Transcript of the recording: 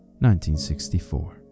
1964